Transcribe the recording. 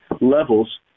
levels